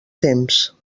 temps